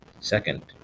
Second